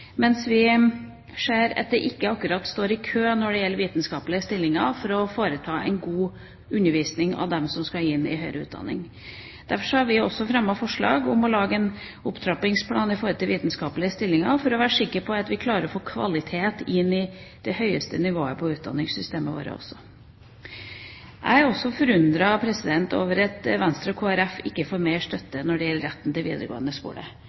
mens vi ser at det ikke akkurat er kø når det gjelder vitenskapelige stillinger for å få en god undervisning av dem som skal inn i høyere utdanning. Derfor har vi også fremmet forslag om å lage en opptrappingsplan i forhold til vitenskapelige stillinger for å være sikker på at vi klarer å få kvalitet inn i det høyeste nivået på utdanningssystemet vårt også. Jeg er også forundret over at Venstre og Kristelig Folkeparti ikke får mer støtte når det gjelder retten til videregående skole.